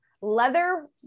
leather